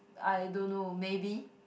I don't know maybe